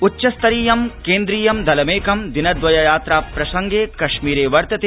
उच्चस्तरीय केन्द्रीय दलमेक दिन द्वय यात्रा प्रसंगे कश्मीर वर्तते